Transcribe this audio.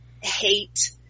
hate